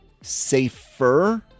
safer